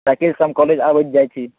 साइकलसँ हम कॉलेज अबैत जाइत छी